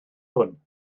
hwn